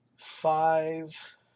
five